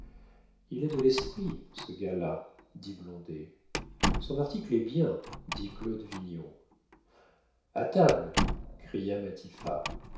il a de l'esprit ce gars-là dit blondet son article est bien dit claude vignon a table cria